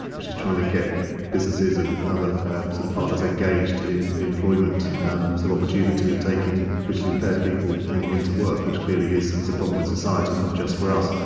which is trying to get businesses and and other sort of partners engaged in the employment um so opportunity of taking visually impaired people into work, which clearly is is a problem in society, not just for us.